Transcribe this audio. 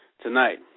tonight